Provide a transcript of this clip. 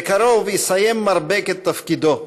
בקרוב יסיים מר בק את תפקידו,